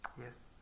Yes